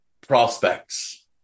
prospects